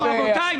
המודיעין.